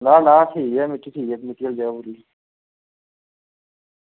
ना ना ठीक ऐ मिट्टी ठीक ऐ मिट्टी आह्ली जगह पूरी